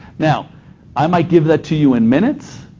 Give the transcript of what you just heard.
now i might give that to you in minutes.